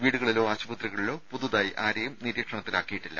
വീടുകളിലോ ആശുപത്രികളിലോ പുതുതായി ആരെയും നിരീക്ഷണത്തിലാക്കിയിട്ടില്ല